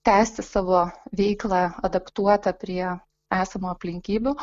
tęsti savo veiklą adaptuoti prie esamų aplinkybių